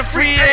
Free